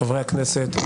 חברי הכנסת,